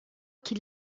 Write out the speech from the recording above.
qui